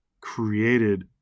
created